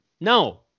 No